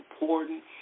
important